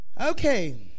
Okay